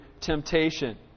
temptation